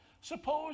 Suppose